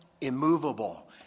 immovable